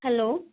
hello